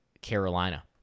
Carolina